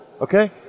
okay